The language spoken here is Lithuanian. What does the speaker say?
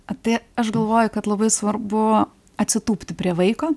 tai aš galvoju kad labai svarbu atsitūpti prie vaiko